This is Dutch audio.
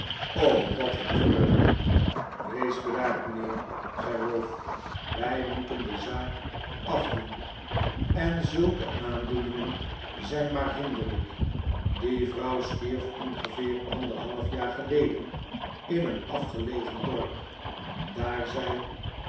o wat een vreugde wees bedaard mijnheer zei ralph wij moeten de zaak afdoen en zulke aandoeningen zijn maar hinderlijk die vrouw stierf ongeveer anderhalf jaar geleden in een afgelegen dorp daar zij